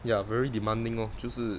ya very demanding lor 就是